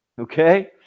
Okay